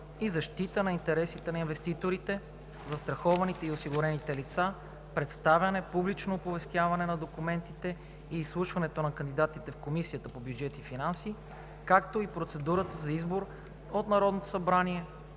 и защита на интересите на инвеститорите, застрахованите и осигурените лица, представяне, публично оповестяване на документите и изслушване на кандидатите в Комисията по бюджет и финанси, както и процедурата за избор от Народното събрание